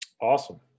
Awesome